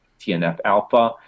TNF-alpha